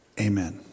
Amen